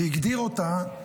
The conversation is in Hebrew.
והגדיר אותה: